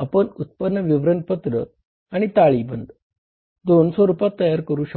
आपण उत्पन्न विवरणपत्र आणि ताळेबंद दोन स्वरूपात तयार करू शकतो